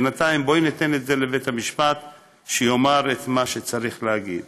בינתיים בואי נאפשר לבית המשפט לומר את מה שצריך להגיד.